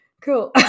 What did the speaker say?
cool